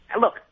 Look